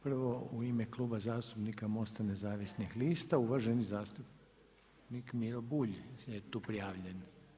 Prvo u ime Kluba zastupnika MOST-a nezavisnih lista uvaženi zastupnik Miro Bulj je tu prijavljen.